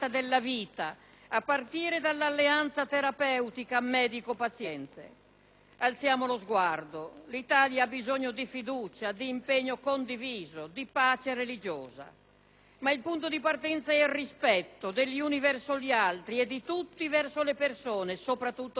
Alziamo lo sguardo: l'Italia ha bisogno di fiducia, di impegno condiviso, di pace religiosa. Ma il punto di partenza è il rispetto degli uni verso gli altri e di tutti verso le persone, soprattutto verso coloro che soffrono. Quando sono così palpabili i sentimenti più profondi,